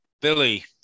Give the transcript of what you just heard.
Billy